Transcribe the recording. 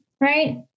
right